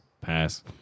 Pass